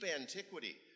antiquity